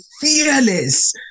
fearless